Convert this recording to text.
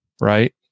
right